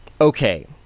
okay